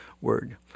Word